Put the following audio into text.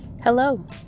hello